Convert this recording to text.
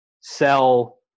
sell